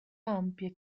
ampie